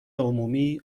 عمومی